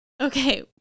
Okay